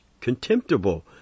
contemptible